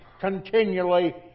continually